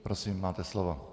Prosím, máte slovo.